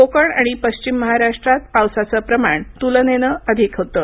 कोकण आणि पश्चिम महाराष्ट्रात पावसाचं प्रमाण त्रलनेत अधिक होतं